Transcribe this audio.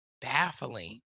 baffling